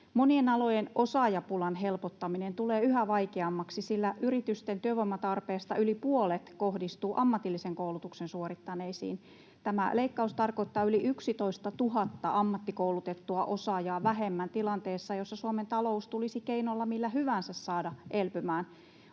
Monien alojen osaajapulan helpottaminen tulee yhä vaikeammaksi, sillä yritysten työvoimatarpeesta yli puolet kohdistuu ammatillisen koulutuksen suorittaneisiin. Tämä leikkaus tarkoittaa yli 11 000:tä ammattikoulutettua osaajaa vähemmän tilanteessa, jossa Suomen talous tulisi keinolla millä hyvänsä saada elpymään.